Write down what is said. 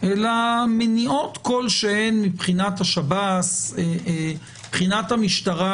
אלא מניעות מבחינת השב"ס, מבחינת המשטרה